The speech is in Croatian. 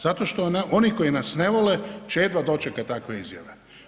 Zato što oni koji nas ne vole će jedva dočekati takve izjave.